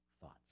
thoughts